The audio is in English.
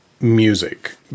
music